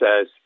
says